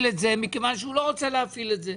את זה מכיוון שהוא לא רוצה להפעיל את זה.